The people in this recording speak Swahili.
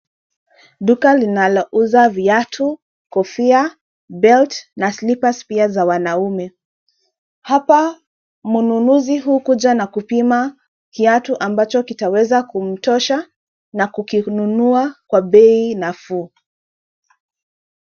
Duka linalouza viatu, kofia, belt na slippers pia za wanaume. Hapa mnunuzi hukuja na kupima kiatu ambacho kitaweza kumtosha na kukinunua kwa bei nafuu.